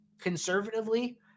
conservatively